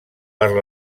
per